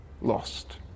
lost